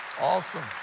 Awesome